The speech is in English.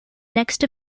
next